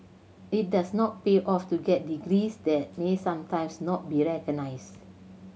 it does not pay off to get degrees that may sometimes not be recognised